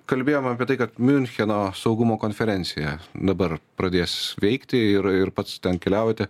kalbėjom apie tai kad miuncheno saugumo konferencija dabar pradės veikti ir ir pats ten keliaujate